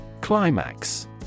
Climax